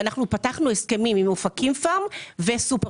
ופתחנו הסכמים עם "אופקים פארם" ו"סופר